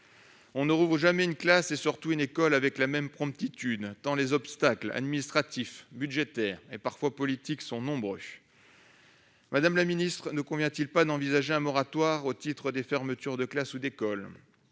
On ne rouvre jamais une classe, une école, avec la même promptitude qu'on ne la ferme, tant les obstacles administratifs, budgétaires et parfois politiques sont nombreux. Madame la secrétaire d'État, ne convient-il pas d'envisager un moratoire des fermetures de classes ou d'écoles ?